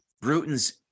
Bruton's